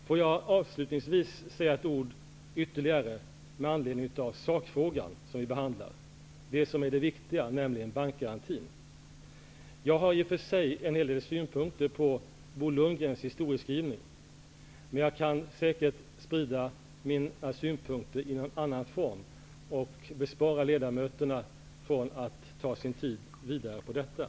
Får jag avslutningsvis säga ytterligare några ord med anledning av den sakfråga vi behandlar, det viktiga, nämligen bankgarantin. Jag har i och för sig synpunkter på Bo Lundgrens historieskrivning, men jag kan säkert sprida mina synpunkter i annan form och vill därför bespara ledamöterna att ta sin tid vidare till detta.